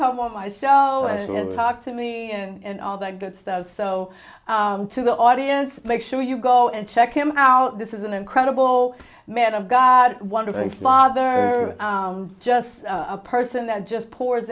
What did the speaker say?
on my cell and talk to me and all that good stuff so to the audience make sure you go and check him out this is an incredible man of god one of a father just a person that just pour